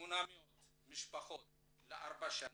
800 משפחות לארבע שנים.